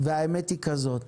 והאמת היא כזאת: